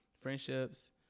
Friendships